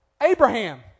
Abraham